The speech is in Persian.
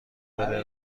داده